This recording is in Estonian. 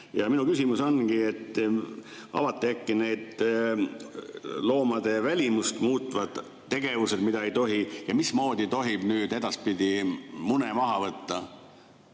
Minu küsimus ongi, et äkki avate need loomade välimust muutvad tegevused, mida ei tohi teha. Ja mismoodi tohib nüüd edaspidi mune maha võtta,